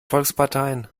volksparteien